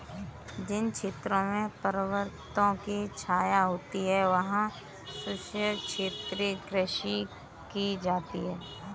जिन क्षेत्रों में पर्वतों की छाया होती है वहां शुष्क क्षेत्रीय कृषि की जाती है